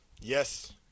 Yes